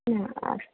हा अस्तु